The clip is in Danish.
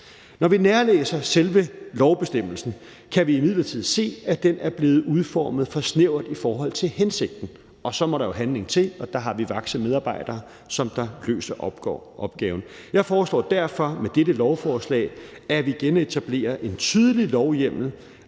Når vi nærlæser selve lovbestemmelsen, kan vi imidlertid se, at den er blevet udformet for snævert i forhold til hensigten, og så må der jo handling til, og der har vi vakse medarbejdere, som løser opgaven. Jeg foreslår derfor med dette lovforslag, at vi genetablerer en tydelig lovhjemmel.